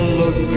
look